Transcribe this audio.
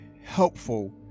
helpful